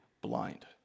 blind